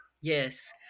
Yes